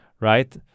right